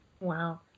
Wow